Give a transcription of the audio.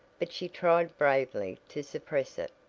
but she tried bravely to suppress it.